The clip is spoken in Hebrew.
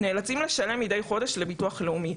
נאצלים לשלם מידי חודש לביטוח הלאומי.